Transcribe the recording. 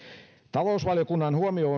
talousvaliokunnan huomio